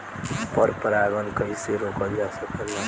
पर परागन कइसे रोकल जा सकेला?